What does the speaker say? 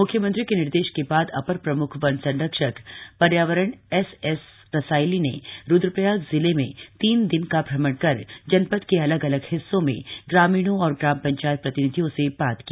मुख्यमंत्री के निर्देश के बाद अपर प्रमुख वन संरक्षक पर्यावरण एसएस रसाईली ने रुद्रप्रयाग जिले में तीन दिन का भ्रमण कर जनपद के अलग अलग हिस्सों में ग्रामीणों और ग्राम पंचायत प्रतिनिधियों से बात की